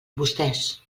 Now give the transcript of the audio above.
vostès